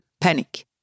panic